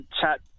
chat